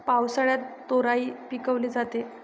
पावसाळ्यात तोराई पिकवली जाते